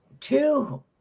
Two